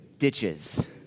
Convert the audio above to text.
Ditches